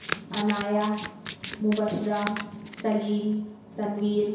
Anaya Mubashira Saleem Tanveer